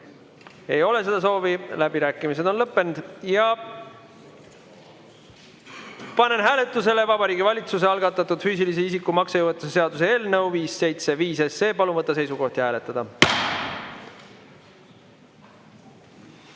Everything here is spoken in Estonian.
Ei ole seda soovi, läbirääkimised on lõppenud. Panen hääletusele Vabariigi Valitsuse algatatud füüsilise isiku maksejõuetuse seaduse eelnõu 575. Palun võtta seisukoht ja hääletada!